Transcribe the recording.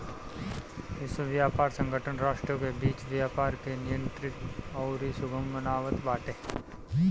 विश्व व्यापार संगठन राष्ट्रों के बीच व्यापार के नियंत्रित अउरी सुगम बनावत बाटे